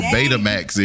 Betamax